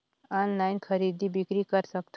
Online खरीदी बिक्री कर सकथव?